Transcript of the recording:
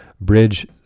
bridge